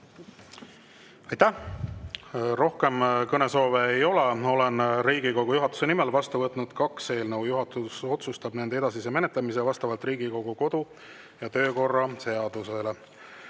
Aitäh! Rohkem kõnesoove ei ole. Olen Riigikogu juhatuse nimel vastu võtnud kaks eelnõu. Juhatus otsustab nende edasise menetlemise vastavalt Riigikogu kodu‑ ja töökorra seadusele.